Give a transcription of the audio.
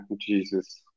Jesus